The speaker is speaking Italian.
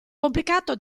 complicato